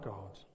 God